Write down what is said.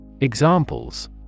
Examples